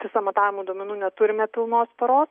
tiesa matavimų duomenų neturime pilnos paros